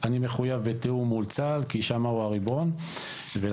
אני מחויב בתיאום מול צה"ל כי שם הוא הריבון ולכן